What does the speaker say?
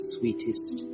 sweetest